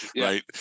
right